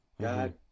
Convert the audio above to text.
god